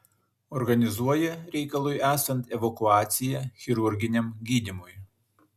organizuoja reikalui esant evakuaciją chirurginiam gydymui